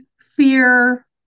fear